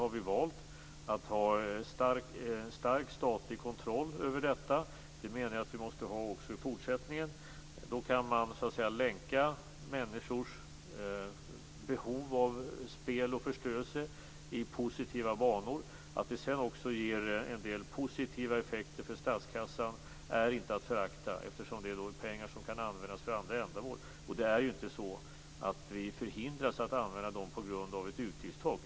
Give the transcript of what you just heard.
Om vi har valt att ha en stark statlig kontroll över detta - jag menar att vi måste ha det också i fortsättningen - kan vi länka människors behov av spel och förströelse i positiva banor. Det är inte att förakta att det också ger vissa positiva effekter för statskassan. Det är pengar som kan användas för andra ändamål. Vi förhindras inte att använda dem på grund av ett utgiftstak.